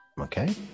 Okay